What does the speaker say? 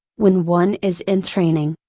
when one is in training,